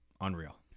unreal